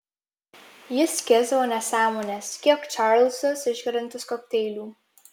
jis skiesdavo nesąmones kiek čarlzas išgeriantis kokteilių